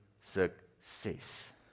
success